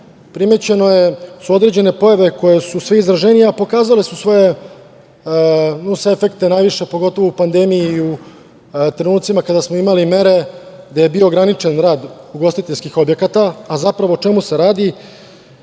primećeno je da su određene pojave koje su sve izraženije, a pokazale su svoje efekte, a pogotovo najviše u pandemiji i u trenucima kada smo imali mere gde je bio ograničen rad ugostiteljskih objekata, a zapravo o čemu se radi. Prvo